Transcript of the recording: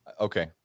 okay